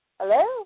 Hello